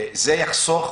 זה יחסוך,